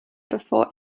before